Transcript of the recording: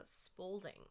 Spaulding